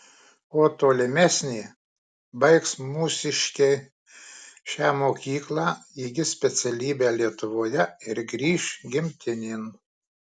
o tolimesnė baigs mūsiškiai šią mokyklą įgis specialybę lietuvoje ir grįš gimtinėn